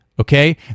okay